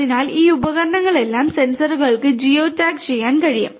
അതിനാൽ ഈ ഉപകരണങ്ങളെല്ലാം സെൻസറുകൾക്ക് ജിയോ ടാഗ് ചെയ്യാനും കഴിയും